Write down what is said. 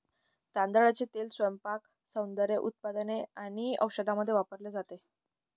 तांदळाचे तेल स्वयंपाक, सौंदर्य उत्पादने आणि औषधांमध्ये वापरले जाते